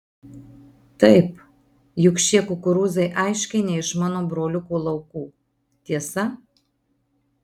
taip juk šie kukurūzai aiškiai ne iš mano broliuko laukų tiesa